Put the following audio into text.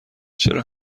چرا